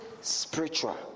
spiritual